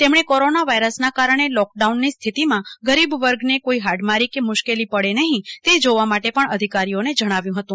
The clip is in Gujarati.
તેમણે કોરોના વાયરસના કારણે લોક ડાઉનની સ્થીતિમાંગરીબ વર્ગની કોઈ હાડમારી કે મુશ્કેલી પડે નહીં તે જોવા માટે પણ અધિકારીઓને જણાવ્યું હતું